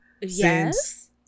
Yes